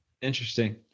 Interesting